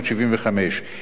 עם ביטולן של התקנות.